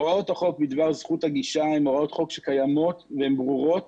הוראות החוק בדבר זכות הגישה הן הוראות חוק שקיימות והן ברורות